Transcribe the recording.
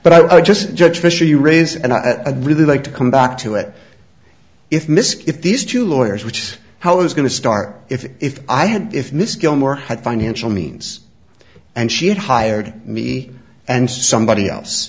but i just judge fisher you raise and a really like to come back to it if misc if these two lawyers which is how is going to start if i had if miss gilmore had financial means and she had hired me and somebody else